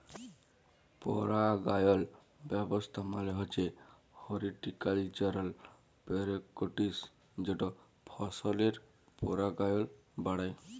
পারাগায়ল ব্যাবস্থা মালে হছে হরটিকালচারাল প্যারেকটিস যেট ফসলের পারাগায়ল বাড়ায়